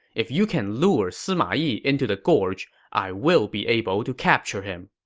if you can lure sima yi into the gorge, i will be able to capture him.